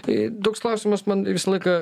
tai toks klausimas man visą laiką